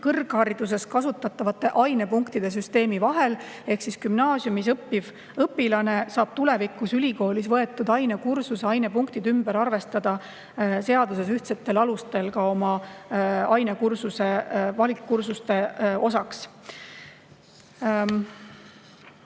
kõrghariduses kasutatavate ainepunktide süsteemi vahel. Gümnaasiumis õppiv õpilane saab tulevikus ülikoolis võetud ainekursuse ainepunktid ümber arvestada seaduses ühtsetel alustel ka oma ainekursuse, valikkursuste osaks.